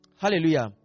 Hallelujah